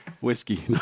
Whiskey